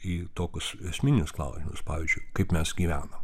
į tokius esminius klausimus pavyzdžiui kaip mes gyvenam